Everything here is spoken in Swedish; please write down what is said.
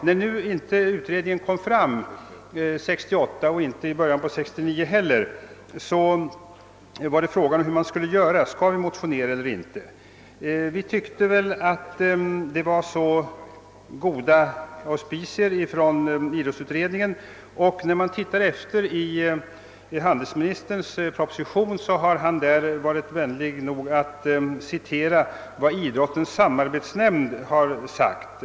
När nu utredningen inte framlade något betänkande under 1968 och inte heller i början av 1969 var frågan: Skall vi motionera eller inte? Vi tyckte att auspicierna beträffande utredningen var goda, och vi fann att handelsministern i sin proposition varit vänlig nog att citera vad idrottens samarbetsnämnd uttalat.